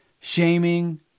shaming